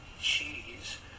cheese